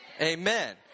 amen